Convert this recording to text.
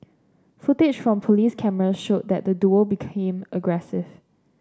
footage from police cameras showed that the duo became aggressive